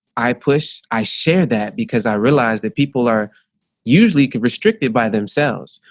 i push i share that because i realized that people are usually restricted by themselves,